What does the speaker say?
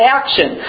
action